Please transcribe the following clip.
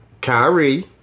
Kyrie